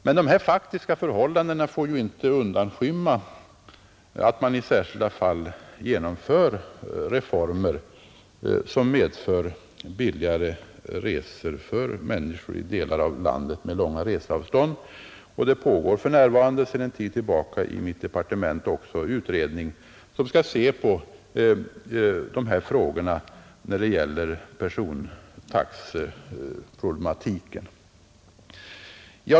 Men dessa faktiska förhållanden får inte undanskymma att man i särskilda fall genomför reformer som medför billigare resor för människor i delar av landet med långa reseavstånd. I mitt departement pågår för närvarande — sedan en tid tillbaka — en utredning för översyn av persontaxeproblematiken.